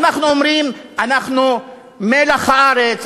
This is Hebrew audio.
ואנחנו אומרים: אנחנו מלח הארץ,